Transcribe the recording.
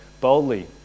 boldly